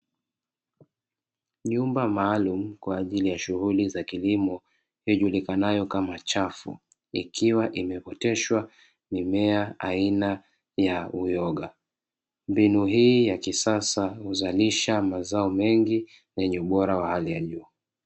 Nyumba maalumu kwa ajili ya shughuli za kilimo ijulikanayo kama chafu ikiwa imeoteshwa mimea aina ya uyoga. Mbinu hii ya kisasa huzalisha mazao mengi yenye ubora wa hali ya juu.